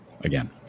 again